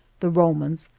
the romans,